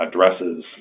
addresses